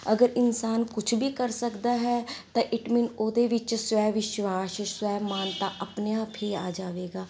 ਅਗਰ ਇਨਸਾਨ ਕੁਛ ਵੀ ਕਰ ਸਕਦਾ ਹੈ ਤਾਂ ਇਟ ਮੀਨ ਉਹਦੇ ਵਿੱਚ ਸਵੈ ਵਿਸ਼ਵਾਸ ਸਵੈਮਾਨਤਾ ਆਪਣੇ ਆਪ ਹੀ ਆ ਜਾਵੇਗਾ